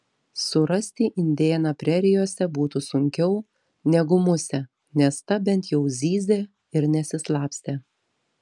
surasti indėną prerijose būtų sunkiau negu musę nes ta bent jau zyzė ir nesislapstė